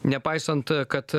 nepaisant kad